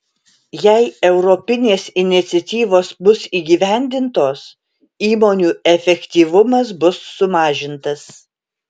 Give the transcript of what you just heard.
jei europinės iniciatyvos bus įgyvendintos įmonių efektyvumas bus sumažintas